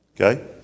Okay